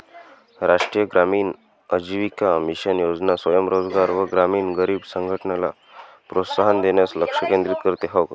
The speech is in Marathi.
राष्ट्रीय ग्रामीण आजीविका मिशन योजना स्वयं रोजगार व ग्रामीण गरीब संघटनला प्रोत्साहन देण्यास लक्ष केंद्रित करते